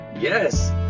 Yes